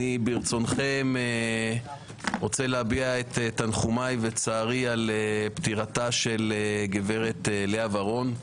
ברשותכם אני רוצה להביע את תנחומי וצערי על פטירתה של הגברת לאה ורון,